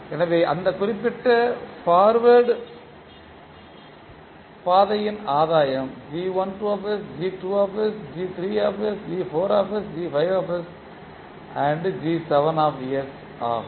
எனவே அந்த குறிப்பிட்ட பார்வேர்ட்பாதையின் ஆதாயம் ஆகும்